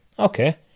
Okay